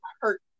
hurt